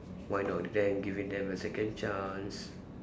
why not then giving them a second chance